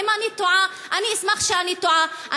אשמח, אם אני טועה, אני אשמח שאני טועה.